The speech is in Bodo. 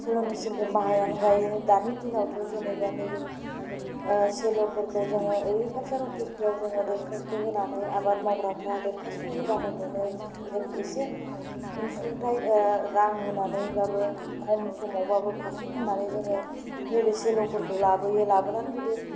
सेल' मेचिनफोर बाहायनानै गायो दानि दिनावथ' जेनेबा नैबे सेल'फोरखौ जोङो एग्रिकालसार अफिसफोराव दोरखास्ट' होनानै आबाद मावग्राफोरा दोरखास्ट' होबानो मोनो जेनेबा इसे अनसुंथाइ रां होनानैब्लाबो खम समावब्लाबो पारसेन्ट होनानै जोङो नैबे सेल'फोरखौ लाबोयो लाबोनानै जुदि